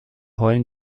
heulen